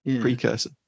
Precursor